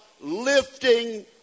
lifting